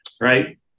Right